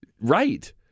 Right